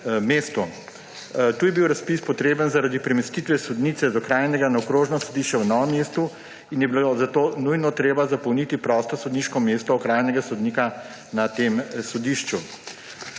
mestu. Tu je bil razpis potreben zaradi premestitve sodnice z okrajnega na okrožno sodišče v Novem mestu in je bilo zato nujno treba zapolniti prosto sodniško mesto okrajnega sodnika na tem sodišču.